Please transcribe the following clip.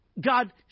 God